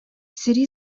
сэрии